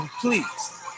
please